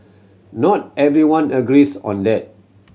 not everyone agrees on that